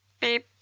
beep.